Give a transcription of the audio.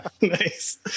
nice